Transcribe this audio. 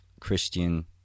Christian